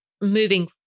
moving